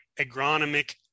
agronomic